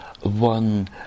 one